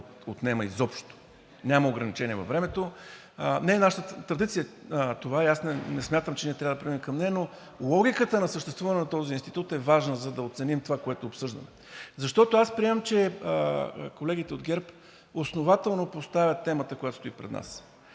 отнема изобщо, няма ограничения във времето. Не е нашата традиция това и аз не смятам, че ние трябва да тръгнем към нея, но логиката на съществуване на този институт е важна, за да оценим това, което обсъждаме тук. Аз приемам, че колегите от ГЕРБ основателно поставят темата, която стои пред нас.